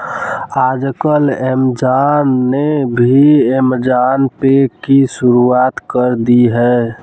आजकल ऐमज़ान ने भी ऐमज़ान पे की शुरूआत कर दी है